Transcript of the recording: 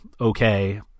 okay